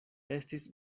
estis